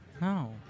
No